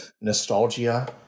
nostalgia